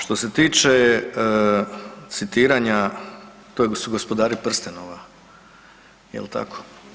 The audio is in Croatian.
Što se tiče citiranja, to su Gospodari prstenova, jel tako?